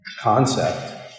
concept